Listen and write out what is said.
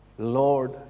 Lord